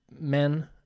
men